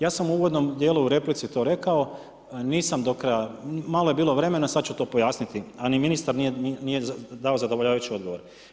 Ja sam u uvodnom djelu u replici to rekao, nisam do kraja malo je bilo vremena, sada ću to pojasniti, a ni ministar nije dao zadovoljavajući odgovor.